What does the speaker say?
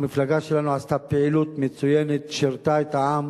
המפלגה שלנו עשתה פעילות מצוינת, שירתה את העם,